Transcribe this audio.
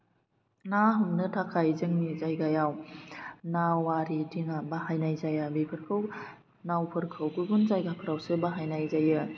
ना हमनो थाखाय जोंनि जायगायाव नावारि दिङा बाहायनाय जाया बेफोरखौ नावफोरखौ गुबुन जायगाफ्रावसो बाहायनाय जायो